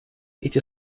эти